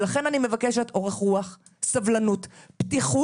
לכן אני מבקשת אורח רוח, סבלנות ופתיחות.